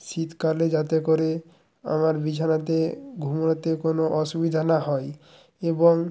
শীতকালে যাতে করে আমার বিছানাতে ঘুমাতে কোনো অসুবিধা না হয় এবং